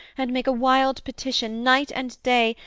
and make a wild petition night and day,